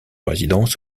résidence